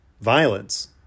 violence